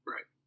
Right